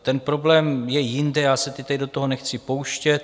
Ten problém je jinde, já se teď tady do toho nechci pouštět.